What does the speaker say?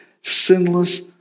sinless